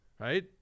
right